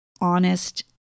honest